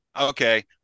okay